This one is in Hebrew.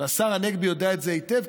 והשר הנגבי יודע את זה היטב,